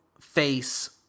face